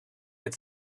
had